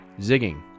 zigging